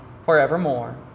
forevermore